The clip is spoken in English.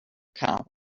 column